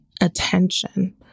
attention